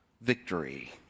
victory